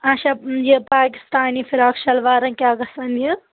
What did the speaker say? آچھا یہِ پاکِستانی فِراک شَلوارَن کیٛاہ گژھان یہِ